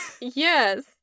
Yes